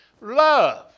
Love